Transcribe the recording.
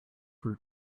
route